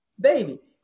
Baby